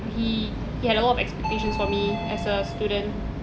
he he had a lot of expectations for me as a student